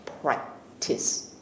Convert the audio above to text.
practice